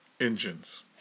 engines